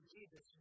Jesus